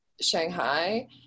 Shanghai